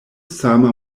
sama